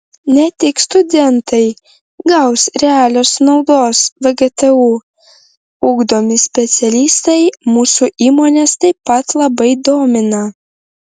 ne tik studentai gaus realios naudos vgtu ugdomi specialistai mūsų įmones taip pat labai domina